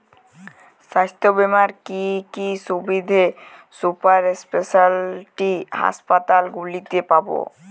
স্বাস্থ্য বীমার কি কি সুবিধে সুপার স্পেশালিটি হাসপাতালগুলিতে পাব?